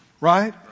Right